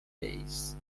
days